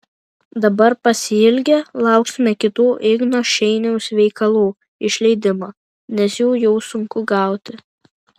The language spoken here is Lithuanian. dabar pasiilgę lauksime kitų igno šeiniaus veikalų išleidimo nes jų jau sunku gauti